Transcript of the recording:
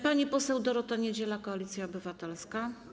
Pani poseł Dorota Niedziela, Koalicja Obywatelska.